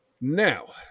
Now